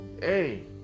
Hey